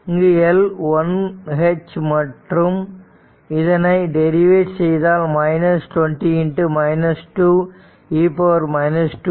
இங்கு L 1 H மற்றும் மற்றும் இதனை டெரிவெட் செய்தால் 20 2 e 2t